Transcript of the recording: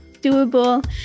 doable